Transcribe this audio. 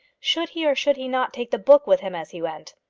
should he or should he not take the book with him as he went?